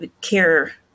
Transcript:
care